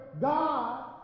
God